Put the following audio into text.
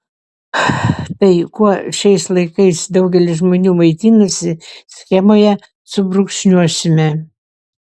tai kuo šiais laikais daugelis žmonių maitinasi schemoje subrūkšniuosime